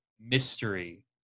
mystery